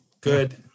Good